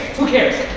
who cares?